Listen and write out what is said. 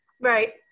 Right